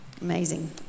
Amazing